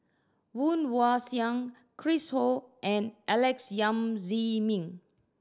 Woon Wah Siang Chris Ho and Alex Yam Ziming